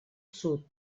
sud